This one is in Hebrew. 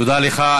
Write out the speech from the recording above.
תודה לך.